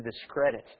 discredit